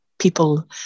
People